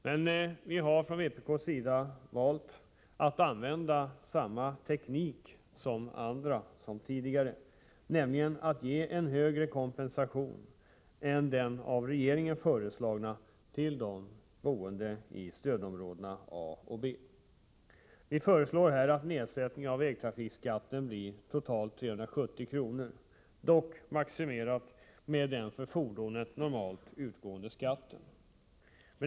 Men vi har inom vpk valt att använda samma teknik som tidigare, nämligen att ge en högre kompensation än den av regeringen föreslagna till de boende i stödområdena A och B. Vi föreslår här att nedsättningen av vägtrafikskatten totalt blir 370 kr., dock maximerad till den för fordonet normalt utgående skatten.